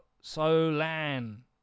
Solan